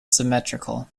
symmetrical